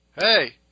Hey